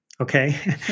okay